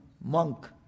monk